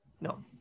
No